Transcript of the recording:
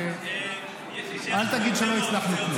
אז אל תגיד שלא הצלחנו כלום.